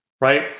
right